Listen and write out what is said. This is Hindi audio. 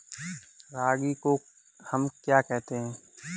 रागी को हम क्या कहते हैं?